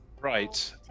Right